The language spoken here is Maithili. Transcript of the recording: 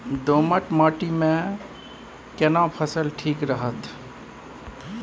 दोमट माटी मे केना फसल ठीक रहत?